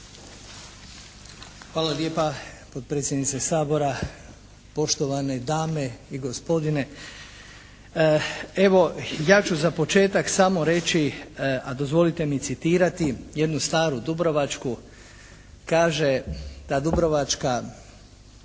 Hvala lijepa potpredsjednice Sabora. Poštovane dame i gospodine. Evo ja ću za početak samo reći a dozvolite mi citirati jednu staru dubrovačku. Kaže ta dubrovačka